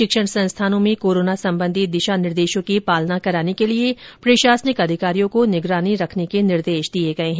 शिक्षण संस्थानों में कोरोना संबंधी दिशा निर्देशों की पालना कराने के लिए प्रशासनिक अधिकारियों को निगरानी रखने के निर्देश दिये हैं